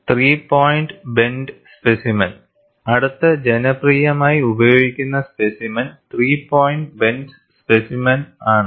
three point bend specimen അടുത്ത ജനപ്രിയമായി ഉപയോഗിക്കുന്ന specimen three point bend specimen ആണ്